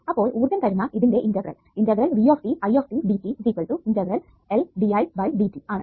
അപ്പോൾ ഊർജ്ജം തരുന്ന ഇതിന്റെ ഇന്റഗ്രൽ VtItdt LdIdt ആണ്